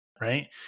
Right